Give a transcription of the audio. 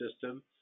system